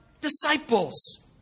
Disciples